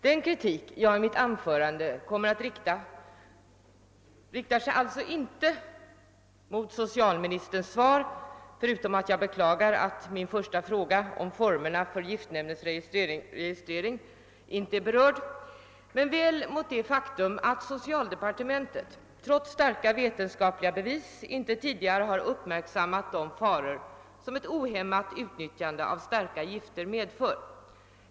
Den kritik som jag i mitt anförande kommer att framföra riktar sig alltså inte mot socialministerns svar — bortsett från att jag beklagar att min första fråga om formerna för giftnämndens registrering inte berörs i svaret — men väl mot det faktum att socialdeparte mentet trots starka vetenskapliga bevis inte tidigare uppmärksammat de faror som ett ohämmat utnyttjande av starka gifter medför.